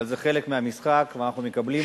אבל זה חלק מהמשחק ואנחנו מקבלים אותו.